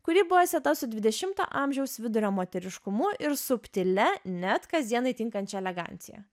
kuri buvo sieta su dvidešimo amžiaus vidurio moteriškumu ir subtilia net kasdienai tinkančia elegancija